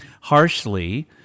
harshly